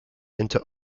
into